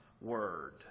Word